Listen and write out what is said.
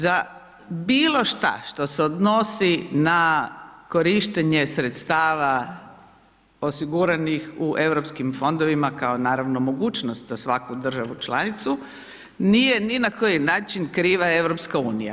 Za bilo šta što se odnosi na korištenje sredstava osiguranih u europskim fondovima kao naravno mogućnost za svaku državu članicu, nije ni na koji način kriva EU.